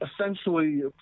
essentially